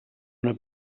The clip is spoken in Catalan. una